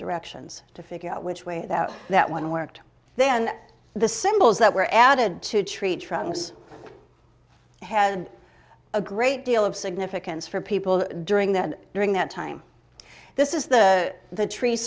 directions to figure out which way that that one worked then the symbols that were added to tree trunks had a great deal of significance for people during that during that time this is the the tree